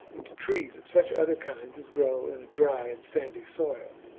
and trees of such other kinds as grow in a dry and sandy soil.